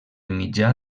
mitjà